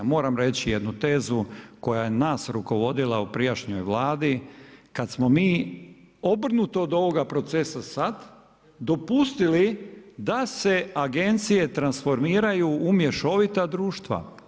Moram reći jednu tezu koja je nas rukovodila u prijašnjoj vladi kada smo mi obrnuto od ovog procesa sad dopustili da se agencije transformiraju u mješovita društva.